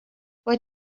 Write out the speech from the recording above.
what